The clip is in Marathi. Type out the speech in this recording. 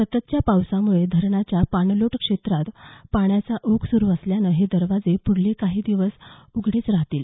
सततच्या पावसामुळे धरणाच्या पाणलोट क्षेत्रात पाण्याचा ओघ सुरु असल्यानं हे दरवाजे पुढले काही दिवस उघडेच राहतील